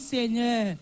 Seigneur